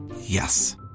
Yes